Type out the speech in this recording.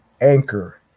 Anchor